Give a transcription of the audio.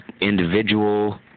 individual